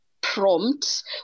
prompts